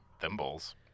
thimbles